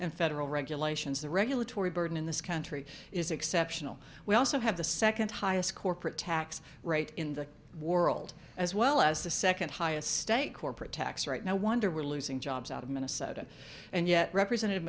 and federal regulations the regulatory burden in this country is exceptional we also have the second highest corporate tax rate in the world as well as the second highest state corporate tax right now wonder we're losing jobs out of minnesota and yet represent